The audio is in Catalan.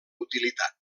utilitat